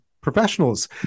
professionals